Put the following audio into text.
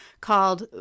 called